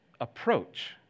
approach